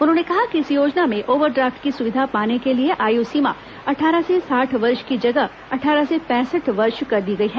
उन्होंने कहा कि इस योजना में ओवरड्राफ्ट की सुविधा पाने के लिए आयु सीमा अट्ठारह से साठ वर्ष की जगह अट्ठारह से पैंसठ वर्ष कर दी गई है